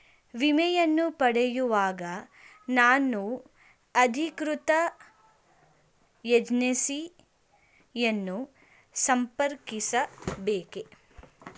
ವಿಮೆಯನ್ನು ಪಡೆಯುವಾಗ ನಾನು ಅಧಿಕೃತ ಏಜೆನ್ಸಿ ಯನ್ನು ಸಂಪರ್ಕಿಸ ಬೇಕೇ?